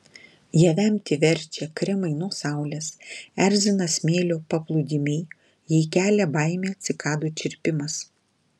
ją vemti verčia kremai nuo saulės erzina smėlio paplūdimiai jai kelia baimę cikadų čirpimas